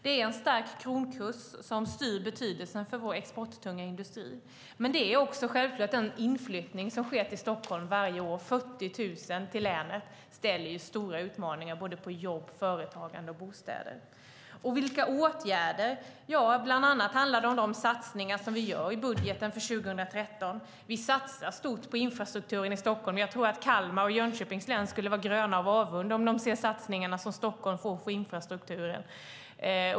Det är en stark kronkurs som styr betydelsen för vår exporttunga industri. Men det är självklart också den inflyttning till Stockholm som sker varje år. Det är 40 000 som kommer till länet, och det innebär stora utmaningar på jobb, företagande och bostäder. Vilka åtgärder? Ja, bland annat handlar det om de satsningar som vi gör i budgeten för 2013. Vi satsar stort på infrastrukturen i Stockholm. Jag tror att Kalmar län och Jönköpings län skulle vara gröna av avund om de ser de satsningar som Stockholm får på infrastruktur.